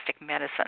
Medicine